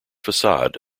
facade